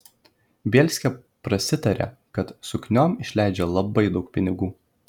bielskė prasitarė kad sukniom išleidžia labai daug pinigų